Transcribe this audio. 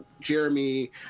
jeremy